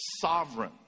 sovereign